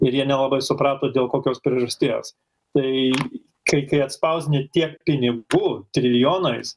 ir jie nelabai suprato dėl kokios priežasties tai kai kai atspausdinti tiek pinigų trilijonais